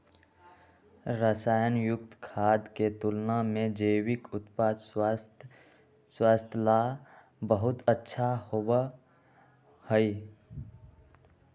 रसायन युक्त खाद्य के तुलना में जैविक उत्पाद स्वास्थ्य ला बहुत अच्छा होबा हई